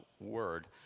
word